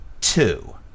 two